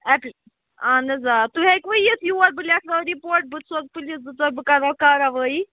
اَہَن حظ آ تُہۍ ہٮ۪کوٕ یِتھ یور بہٕ لیٚکھناوَو رِپوٹ بہٕ سوزٕ پُلیٖس زٕ ژور بہٕ کَرناو کاروٲیی